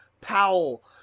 Powell